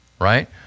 right